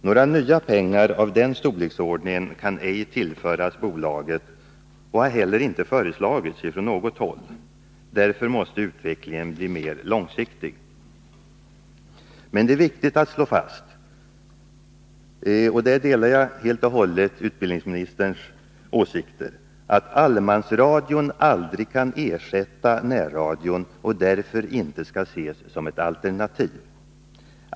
Några nya pengar av den storleksordningen kan ej tillföras bolaget och har inte heller föreslagits från något håll. Därför måste utvecklingen bli mer långsiktig. Men det är viktigt att slå fast — och där delar jag helt och hållet utbildningsministerns åsikt — att allemansradion aldrig kan ersätta närradion och därför inte skall ses som ett alternativ.